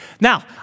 Now